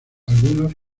algunos